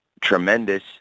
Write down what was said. tremendous